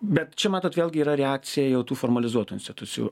bet čia matot vėlgi yra reakcija jau tų formalizuotų institucijų